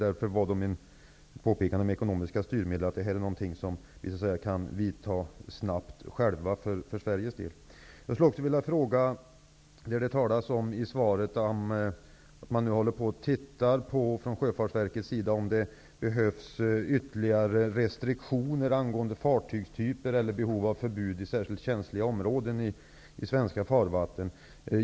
Därför var mitt påpekande om ekonomiska styrmedel ett förslag på en åtgärd som vi själva kan vidta snabbt för Sveriges del. Det talas i svaret om att Sjöfartsverket undersöker om det behövs ytterligare restriktioner angående fartygstyper eller förbud i särskilt känsliga områden i svenska farvatten.